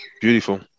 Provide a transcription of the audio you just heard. beautiful